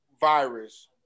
Virus